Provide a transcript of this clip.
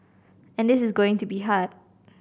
and this is going to be hard